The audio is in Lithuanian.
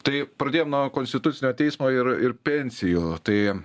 tai pradėjom nuo konstitucinio teismo ir ir pensijų tai